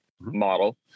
model